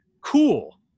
cool